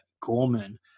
Gorman